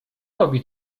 robi